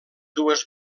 dues